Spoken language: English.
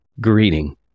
greeting